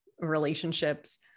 relationships